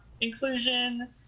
inclusion